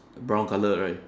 brown color right